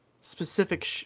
specific